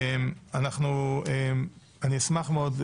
אשמח מאוד,